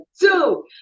Two